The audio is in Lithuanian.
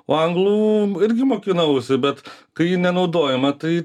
o anglų irgi mokinausi bet kai ji nenaudojama tai